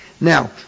Now